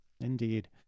Indeed